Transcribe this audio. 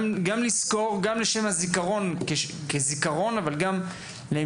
גם לזכור, גם לשם הזיכרון כזיכרון אבל גם להמשך